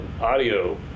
audio